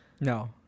No